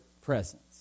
presence